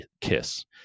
kiss